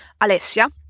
Alessia